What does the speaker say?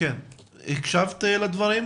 הקשבת לדברים?